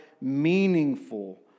meaningful